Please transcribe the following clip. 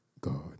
God